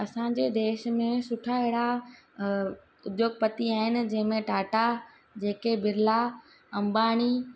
असांजे देश में सुठा अहिड़ा अ उध्योगपति आहिनि जंहिंमें टाटा जेके बिरला अंबाणी